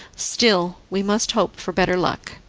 still, we must hope for better luck.